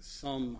some